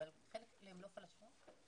אבל חלק מהם הם לא פלאשמורה?